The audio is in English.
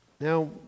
Now